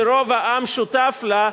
שרוב העם שותף לה,